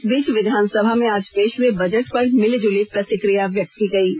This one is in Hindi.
इस बीच विधानसभा में आज पेश हुए बजट पर मिलीजुली प्रतिक्रिया व्यक्त की गयी है